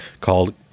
called